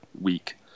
week